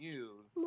use